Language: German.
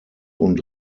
und